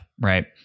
Right